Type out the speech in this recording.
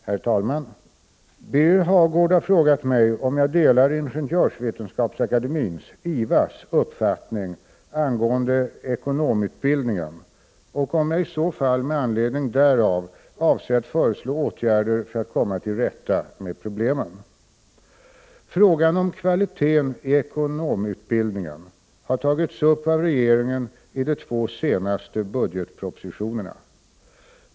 Herr talman! Birger Hagård har frågat mig om jag delar Ingenjörsvetenskapsakademiens uppfattning angående ekonomutbildningen och om jag i så fall med anledning därav avser att föreslå åtgärder för att komma till rätta med problemen. Frågan om kvaliteten i ekonomutbildningen har tagits upp av regeringen i de två senaste budgetpropositionerna.